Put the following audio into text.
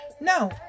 No